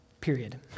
period